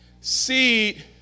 Seed